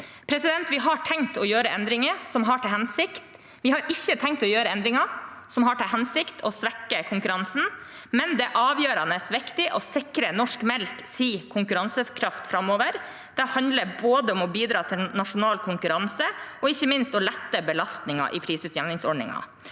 Vi har ikke tenkt å gjøre endringer som har til hensikt å svekke konkurransen, men det er avgjørende viktig å sikre norsk melks konkurransekraft framover. Det handler om både å bidra til nasjonal konkurranse og å lette belastningen i prisutjevningsordningen.